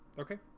Okay